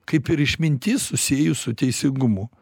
kaip ir išmintis susijus su teisingumu